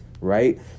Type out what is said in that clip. right